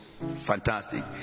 fantastic